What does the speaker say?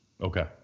Okay